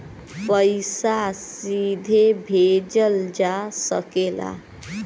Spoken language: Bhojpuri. पइसा सीधे भेजल जा सकेला